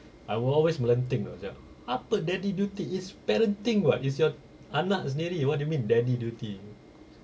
I will always melenting ah macam apa daddy duty is parenting what is your anak's daddy what do you mean daddy duty